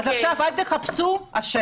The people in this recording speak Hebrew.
אז עכשיו אל תחפשו אשמים.